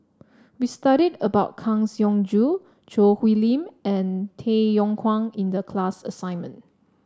we studied about Kang Siong Joo Choo Hwee Lim and Tay Yong Kwang in the class assignment